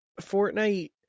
Fortnite